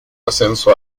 ascenso